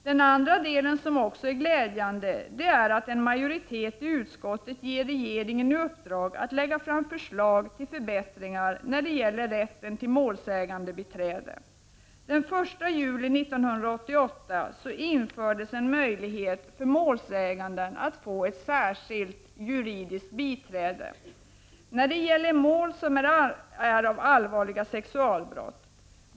Den andra delen som också är glädjande är att en majoritet av utskottet ger regeringen i uppdrag att lägga fram förslag till förbättringar när det gäller rätten till målsägandebiträde. Den 1 juli 1988 infördes en möjlighet för målsäganden att få ett särskilt juridiskt biträde när det gäller mål av typen allvarliga sexualbrott.